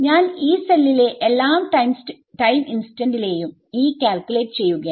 ഞാൻ Yee സെല്ലിലെ എല്ലാ ടൈം ഇൻസ്റ്റന്റിലെയും E കാൽക്കുലേറ്റ് ചെയ്യുകയാണ്